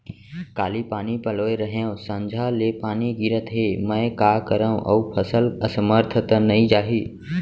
काली पानी पलोय रहेंव, संझा ले पानी गिरत हे, मैं का करंव अऊ फसल असमर्थ त नई जाही?